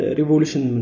revolution